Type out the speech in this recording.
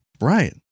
Right